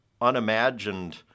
unimagined